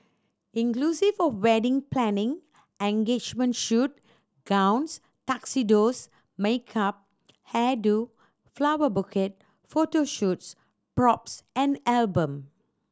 inclusive of wedding planning engagement shoot gowns tuxedos makeup hair do flower bouquet photo shoots props and album